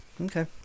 Okay